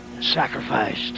Sacrificed